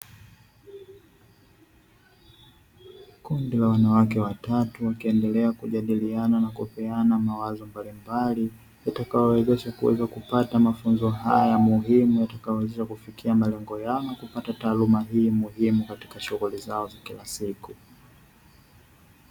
Kundi la wanawake watatu wakiendelea kujadiliana na kupeana mawazo mbalimbali, yatakayo wawezesha kuweza kupata mafunzo haya muhimu yatakayo wawezesha kufikia malengo yao na kupata taaluma hii muhimu katika shughuli zao za kila siku.